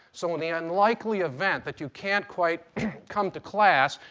so in the unlikely event that you can't quite come to class,